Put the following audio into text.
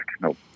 No